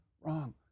wrong